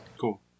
Cool